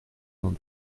vingt